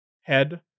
head